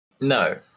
No